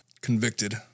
convicted